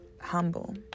humble